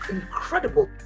incredible